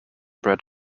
bred